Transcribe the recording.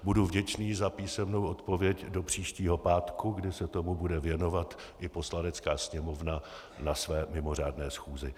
Budu vděčný za písemnou odpověď do příštího pátku, kdy se tomu bude věnovat i Poslanecká sněmovna na své mimořádné schůzi.